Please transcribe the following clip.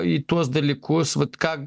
į tuos dalykus vat ką